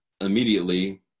immediately